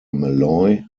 malloy